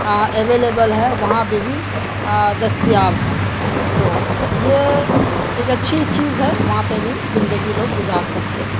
available ہے وہاں پہ بھی دستیاب ہیں تو یہ ایک اچھی چیز ہے وہاں پہ بھی زندگی لوگ گزار سکتے ہیں